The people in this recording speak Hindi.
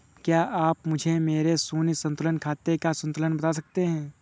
क्या आप मुझे मेरे शून्य संतुलन खाते का संतुलन बता सकते हैं?